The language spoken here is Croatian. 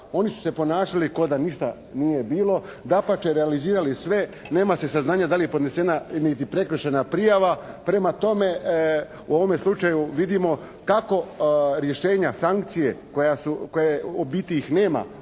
Oni su se ponašali kao da ništa nije bilo, dapače realizirali sve. Nema se saznanja da li je podnesena niti prekršajna prijava. Prema tome, u ovome slučaju vidimo kako rješenja sankcije koje u biti ih nema